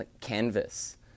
canvas